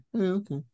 okay